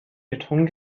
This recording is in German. beton